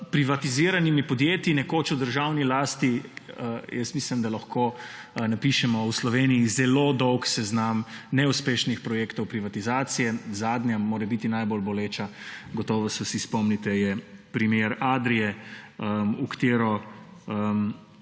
privatiziranimi podjetji nekoč v državni lasti? Mislim, da lahko v Sloveniji napišemo zelo dolg seznam neuspešnih projektov privatizacije. Zadnja, morebiti najbolj boleča, gotovo se je vsi spomnite, je primer Adrie, v katero